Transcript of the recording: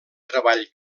treball